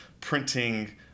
printing